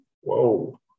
whoa